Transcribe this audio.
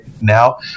now